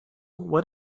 what